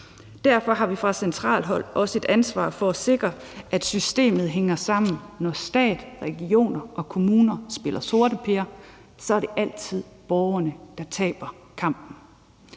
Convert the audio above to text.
Derfor har vi fra centralt hold også et ansvar for at sikre, at systemet hænger sammen. Når stat, regioner og kommuner spiller sorteper, er det altid borgerne, der taber kampen.